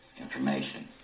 information